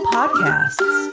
Podcasts